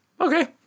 okay